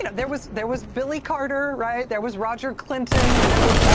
and there was there was billy carter, right, there was roger clinton, there was